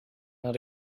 maar